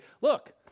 look